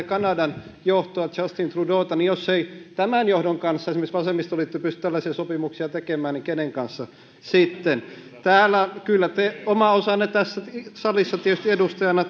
kanadan johtoa justin trudeauta niin jos ei tämän johdon kanssa esimerkiksi vasemmistoliitto pysty tällaisia sopimuksia tekemään niin kenen kanssa sitten kyllä te oman osanne tässä salissa tietysti edustajana